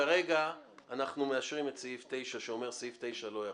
כרגע אנחנו מאשרים את סעיף (9) שאומר: סעיף 9 לא יחול.